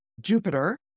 Jupiter